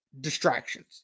distractions